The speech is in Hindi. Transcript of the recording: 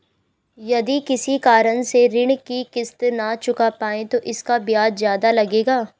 यदि किसी कारण से ऋण की किश्त न चुका पाये तो इसका ब्याज ज़्यादा लगेगा?